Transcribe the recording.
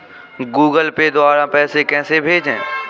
Google Pay द्वारा पैसे कैसे भेजें?